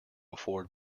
afford